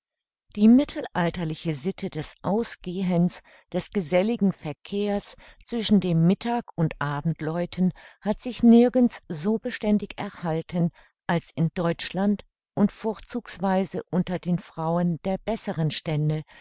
die mittelalterliche sitte des ausgehens des geselligen verkehrs zwischen dem mittag und abendläuten hat sich nirgends so beständig erhalten als in deutschland und vorzugsweise unter den frauen der besseren stände